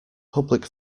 public